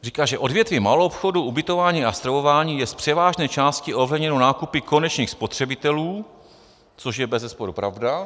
Říká, že odvětví maloobchodu, ubytování a stravování je z převážné části ovlivněno nákupy konečných spotřebitelů, což je bezesporu pravda.